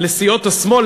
מסיעות השמאל.